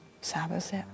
Sabbath